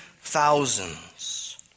thousands